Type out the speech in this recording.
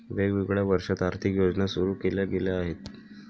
वेगवेगळ्या वर्षांत आर्थिक योजना सुरू केल्या गेल्या आहेत